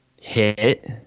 hit